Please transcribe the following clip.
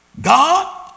God